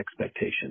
expectations